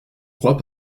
crois